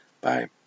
Bye